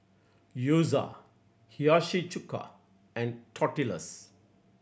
Gyoza Hiyashi Chuka and Tortillas